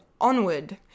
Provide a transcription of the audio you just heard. Onward